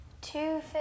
Two